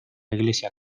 iglesia